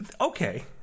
Okay